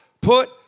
put